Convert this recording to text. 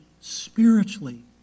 spiritually